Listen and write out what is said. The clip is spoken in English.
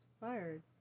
fired